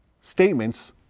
statements